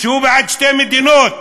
הוא בעד שתי מדינות,